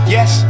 Yes